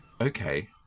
Okay